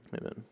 Amen